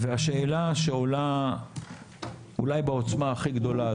השאלה שעולה אולי בעוצמה הכי גדולה,